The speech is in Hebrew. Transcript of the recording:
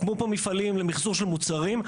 הוקמו פה מפעלים למחזור של מוצרים.